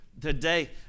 today